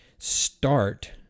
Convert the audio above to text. start